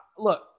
look